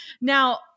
Now